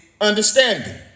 understanding